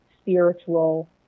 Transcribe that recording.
spiritual